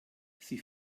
sie